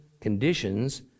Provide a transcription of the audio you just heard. conditions